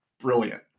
brilliant